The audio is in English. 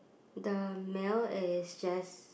the male is just